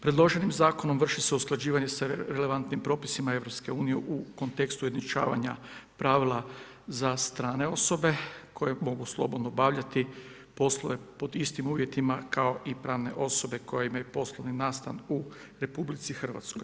Predloženim zakonom vrši se usklađivanje sa relevantnim propisima EU u kontekstu ujednačavanja pravila za strane osobe koje mogu slobodno obavljati poslove pod istim uvjetima kao i pravne osobe koje imaju poslovni nastan u RH.